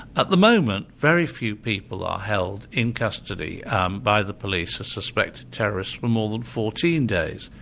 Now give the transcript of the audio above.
at the moment, very few people are held in custody by the police as suspected terrorists for more than fourteen days,